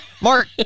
Mark